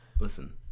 Listen